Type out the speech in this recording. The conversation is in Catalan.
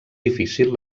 difícil